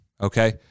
okay